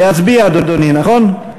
להצביע, אדוני, נכון?